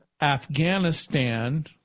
Afghanistan